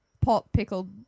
pot-pickled